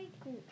cool